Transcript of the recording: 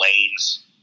lanes